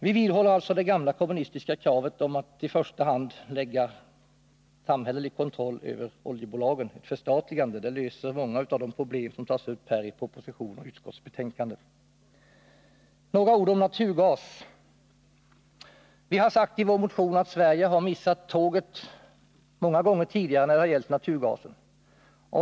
Vi vidhåller alltså det gamla kommunistiska kravet om att i första hand lägga samhällskontroll över oljebolagen. Ett förstatligande löser många av de problem som tas upp i propositionen och utskottsbetänkandet. Sedan några ord om naturgas. Vi har sagt i vår motion att Sverige har missat tåget när det gäller naturgasen många gånger tidigare.